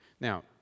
Now